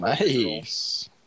Nice